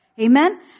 Amen